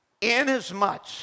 inasmuch